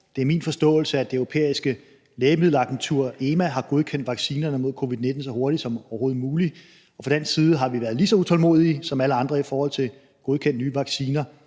Det er min forståelse, at Det Europæiske Lægemiddelagentur, EMA, har godkendt vaccinerne mod covid-19 så hurtigt som overhovedet muligt. Og fra dansk side har vi været lige så utålmodige som alle andre i forhold til at godkende nye vacciner,